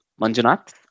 Manjunath